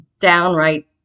downright